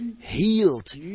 healed